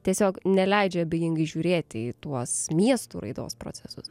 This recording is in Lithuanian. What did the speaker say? tiesiog neleidžia abejingai žiūrėti į tuos miestų raidos procesus